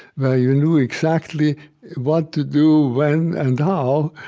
where you knew exactly what to do, when, and how,